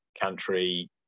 country